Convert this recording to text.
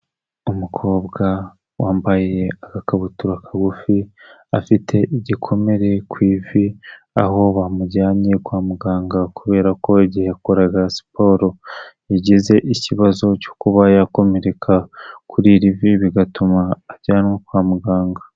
Umukobwa wambaye agakabutura kagufi afite igikomere ku ivi aho bamujyanye kwa muganga kubera ko igihe yakoraga siporo yagize ikibazo cyo kuba yakomereka kuri iri vi bigatuma ajyanwa kwa muganga.